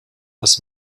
als